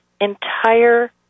entire